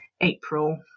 april